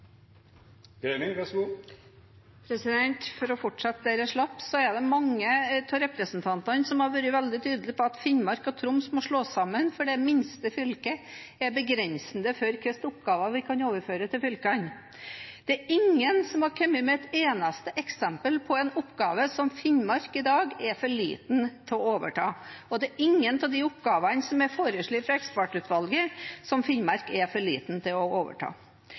mange av representantene som har vært veldig tydelige på at Finnmark og Troms må slås sammen, fordi det minste fylket er begrensende for hvilke oppgaver vi kan overføre til fylkene. Det er ingen som har kommet med ett eneste eksempel på hvilke oppgaver Finnmark i dag er for lite til å overta, og det er ingen av de oppgavene som er foreslått av ekspertutvalget, som Finnmark er for lite til å overta.